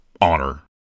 honor